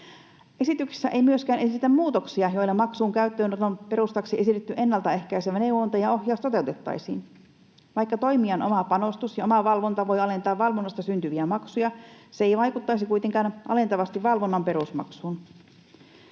Esityksessä ei myöskään esitetä muutoksia, joilla maksun käyttöönoton perustaksi esitetty ennaltaehkäisevä neuvonta ja ohjaus toteutettaisiin. Vaikka toimijan oma panostus ja omavalvonta voi alentaa valvonnasta syntyviä maksuja, se ei vaikuttaisi kuitenkaan alentavasti valvonnan perusmaksuun.